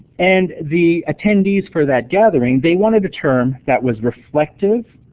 and the attendees for that gathering, they wanted a term that was reflective,